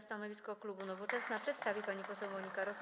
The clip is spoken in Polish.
Stanowisko klubu Nowoczesna przedstawi pani poseł Monika Rosa.